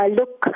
look